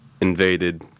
invaded